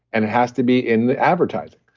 and it has to be in the advertising.